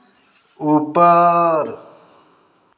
ऊपर